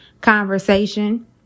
conversation